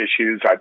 issues